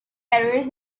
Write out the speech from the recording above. errors